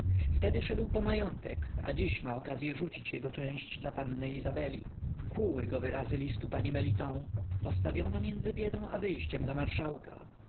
wtedy szedł po majątek a dziś ma okazyą rzucić jego część dla panny izabeli kłuły go wyrazy listu p meliton postawiona między biedą i wyjściem za marszałka